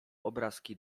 obrazki